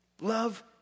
Love